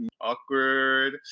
awkward